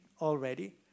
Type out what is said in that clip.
already